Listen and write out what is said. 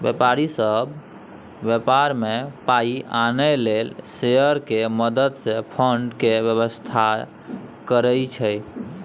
व्यापारी सब व्यापार में पाइ आनय लेल शेयर के मदद से फंड के व्यवस्था करइ छइ